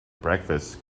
breakfast